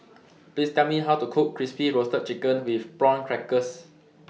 Please Tell Me How to Cook Crispy Roasted Chicken with Prawn Crackers